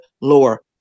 lower